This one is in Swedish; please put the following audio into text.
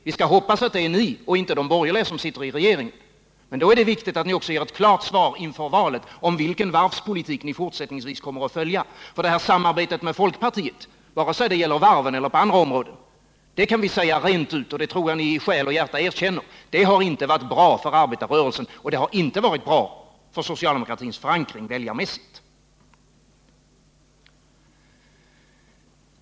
Vi hoppas att det då är ni socialdemokrater och inte de borgerliga som sitter i regeringen. Men då är det viktigt att ni inför valet ger ett klart besked om vilken varvspolitik som ni fortsättningsvis kommer att föra. Vi kan säga rent ut att samarbetet med folkpartiet, vare sig det gäller varven eller andra områden, inte har varit bra för arbetarrörelsen. Det tror jag att även socialdemokraterna i själ och hjärta erkänner. Samarbetet har inte heller varit bra för socialdemokraternas förankring väljarmässigt.